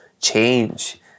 change